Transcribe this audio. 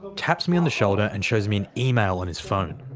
taps me on the shoulder and shows me an email on his phone.